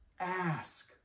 Ask